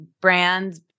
brands